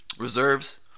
reserves